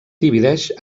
divideix